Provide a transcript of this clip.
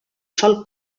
sol